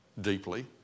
deeply